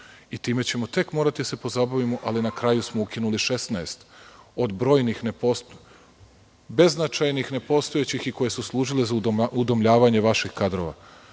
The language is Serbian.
Time ćemo tek morati da se pozabavimo, ali na kraju smo ukinuli 16 od brojnih beznačajnih, nepostojećih i koje su služile za udomljavanje vaših kadrova. Gde